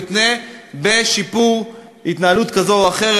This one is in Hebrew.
יותנו בשיפור התנהלות כזאת או אחרת,